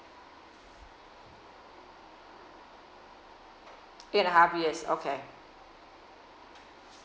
three and a half years okay